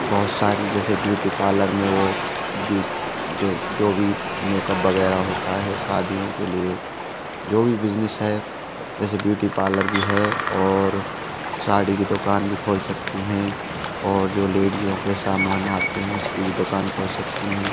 बहुत सारी जैसे ब्यूटी पार्लर में वो जो भी मेकअप वगैरह होता है शादियों के लिए जो भी बिज़नेस है जैसे ब्यूटी पार्लर भी है और साड़ी की दुकान भी खोल सकती हैं और जो लेडीजों के समान आते हैं उसकी भी दुकान खोल सकतीं हैं